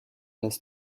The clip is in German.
das